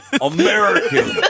American